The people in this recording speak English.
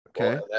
Okay